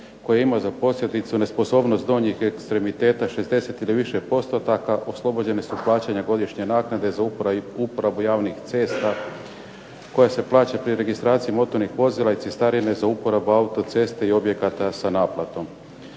koje ima za posljedicu donjeg ekstremiteta 60 ili više postotaka oslobođenje su plaćanja godišnje naknade za uporabu javnih cesta koja se plaća pri registraciji motornih vozila i cestarine za uporabu autoceste i objekata sa naplatom.